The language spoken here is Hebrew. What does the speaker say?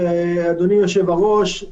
לאדוני היושב ראש,